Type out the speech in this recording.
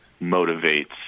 motivates